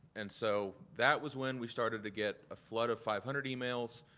and so that was when we started to get a flood of five hundred emails,